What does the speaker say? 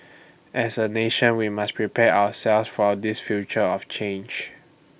as A nation we must prepare ourselves for this future of change